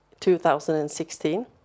2016